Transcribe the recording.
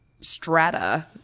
strata